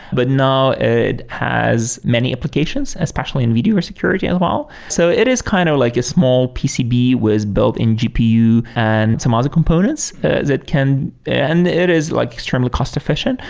but now it has many applications especially in video or security and involved. so it is kind of like a small pcb with built-in gpu and some other components that can and it is like extremely cost efficient.